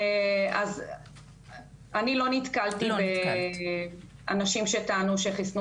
אז אני לא נתקלתי באנשים שטענו שחיסנו